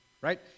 right